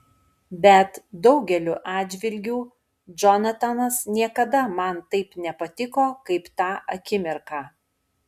bet daugeliu atžvilgių džonatanas niekada man taip nepatiko kaip tą akimirką